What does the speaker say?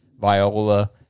viola